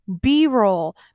B-roll